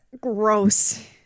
Gross